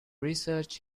research